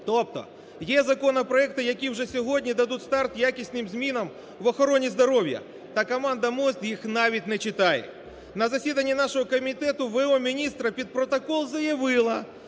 Тобто є законопроекти, які вже сьогодні дадуть старт якісним змінам в охороні здоров'я, та команда МОЗ їх навіть не читає. На засіданні нашого комітету в.о. міністра під протокол заявила,